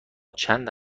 چند